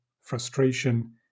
frustration